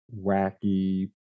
wacky